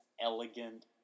elegant